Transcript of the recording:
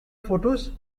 photos